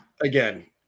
again